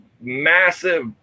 massive